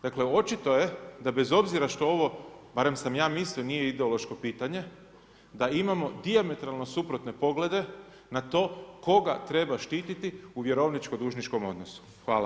Dakle očito je da bez obzira što ovo, barem sam ja mislio nije ideološko pitanje, da imamo dijametralno suprotne poglede na to koga treba štititi u vjerovničko-dužničkom odnosu.